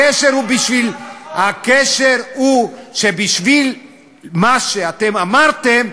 הקשר הוא שבשביל מה שאמרתם,